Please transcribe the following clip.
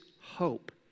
hope